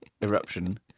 eruption